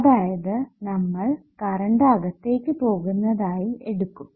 അതായത് നമ്മൾ കറണ്ട് അകത്തേക്ക് പോകുന്നതായി എടുക്കും